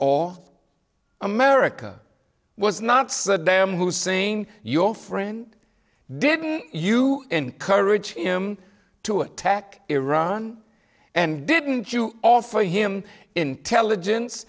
awe america was not saddam hussein your friend didn't you encourage him to attack iran and didn't you offer him intelligence